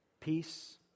Peace